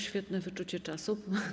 Świetne wyczucie czasu.